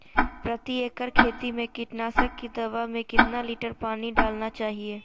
प्रति एकड़ खेती में कीटनाशक की दवा में कितना लीटर पानी डालना चाइए?